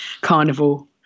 carnival